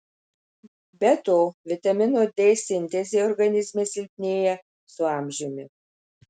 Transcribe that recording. be to vitamino d sintezė organizme silpnėja su amžiumi